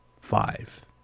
Five